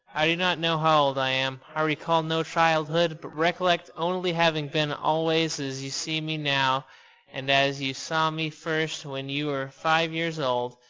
i do not know how old i am. i recall no childhood but recollect only having been always as you see me now and as you saw me first when you were five years old.